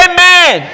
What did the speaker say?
Amen